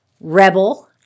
Rebel